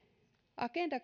agenda